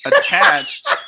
attached